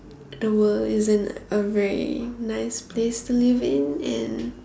the world isn't a very nice place to live in and